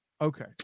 Okay